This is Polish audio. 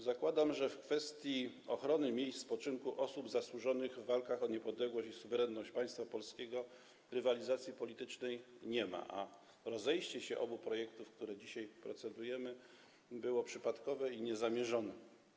Zakładam, że w kwestii ochrony miejsc spoczynku osób zasłużonych w walkach o niepodległość i suwerenność państwa polskiego rywalizacji politycznej nie ma, a rozejście się obu projektów, nad którymi dzisiaj procedujemy, było przypadkowe i niezamierzone.